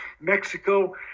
Mexico